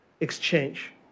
exchange